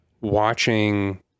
watching